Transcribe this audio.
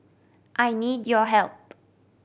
I need your help